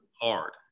hard